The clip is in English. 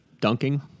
dunking